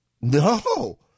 No